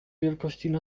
wielkości